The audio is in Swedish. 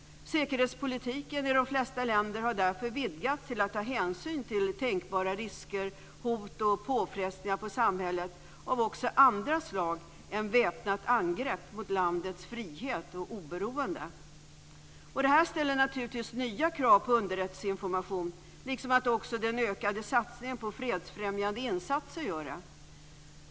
Säkerhetspolitiken i de flesta länder har därför vidgats till att ta hänsyn till tänkbara risker, hot och påfrestningar på samhället av också andra slag än väpnat angrepp mot landets frihet och oberoende. Detta ställer naturligtvis nya krav på underrättelseinformation. Också den ökade satsningen på fredsfrämjande insatser gör det.